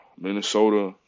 Minnesota